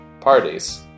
parties